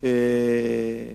שבו